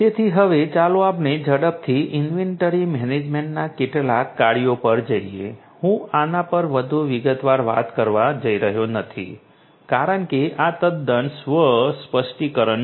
તેથી હવે ચાલો આપણે ઝડપથી ઇન્વેન્ટરી મેનેજમેન્ટના કેટલાક કાર્યો પર જઈએ હું આના પર વધુ વિગતવાર વાત કરવા જઈ રહ્યો નથી કારણ કે આ તદ્દન સ્વ સ્પષ્ટીકરણ છે